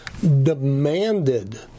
demanded